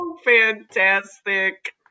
fantastic